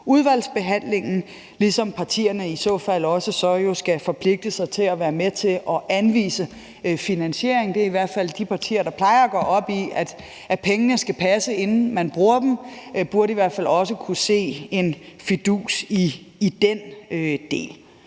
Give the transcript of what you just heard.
udvalgsbehandlingen, og partierne skal jo i så fald forpligte sig til at være med til at anvise finansiering. De partier, der plejer at gå op i, at pengene skal passe, inden man bruger dem, burde i hvert fald også kunne se en fidus i den del.